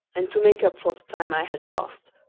and to make up for the time i had lost,